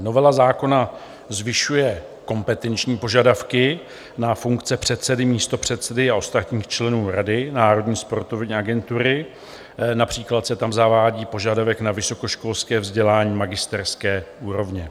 Novela zákona zvyšuje kompetenční požadavky na funkce předsedy, místopředsedy a ostatních členů Rady národní sportovní agentury, například se tam zavádí požadavek na vysokoškolské vzdělání magisterské úrovně.